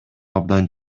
абдан